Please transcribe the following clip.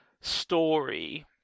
story